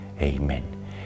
Amen